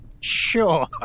Sure